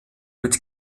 mit